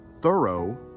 thorough